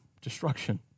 destruction